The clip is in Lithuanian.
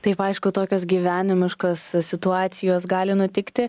taip aišku tokios gyvenimiškos situacijos gali nutikti